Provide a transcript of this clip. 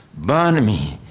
burn me!